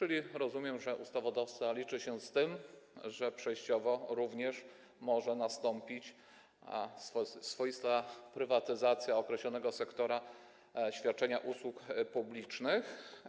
A więc rozumiem, że ustawodawca liczy się z tym, że przejściowo również może nastąpić swoista prywatyzacja określonego sektora świadczenia usług publicznych.